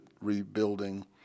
rebuilding